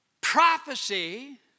Prophecy